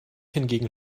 hingegen